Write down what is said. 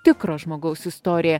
tikro žmogaus istorija